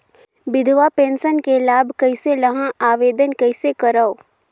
विधवा पेंशन के लाभ कइसे लहां? आवेदन कइसे करव?